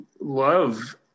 love